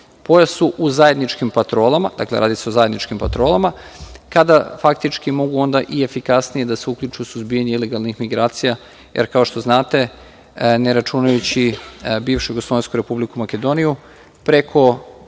pojasu u zajedničkim patrolama, dakle, radi se o zajedničkim patrolama, kada mogu efikasnije da se uključe u suzbijanje ilegalnih migracija, jer kao što znate, ne računajući bivšu jugoslovensku Republiku Makedoniju, preko